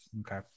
Okay